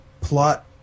plot